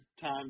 time